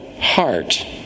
heart